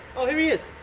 oh here he is,